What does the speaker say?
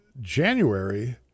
January